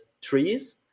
trees